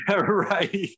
right